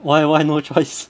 why why no choice